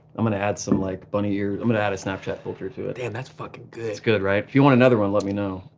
i'm gonna add some like bunny ears, i'm gonna add a snapchat filter to it. damn, and that's fuckin' good. it's good, right? if you want another one, let me know.